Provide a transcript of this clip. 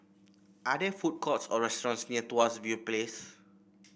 are there food courts or restaurants near Tuas View Place